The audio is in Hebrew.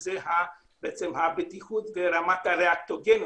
וזה הבטיחות ורמת הראקטוגן,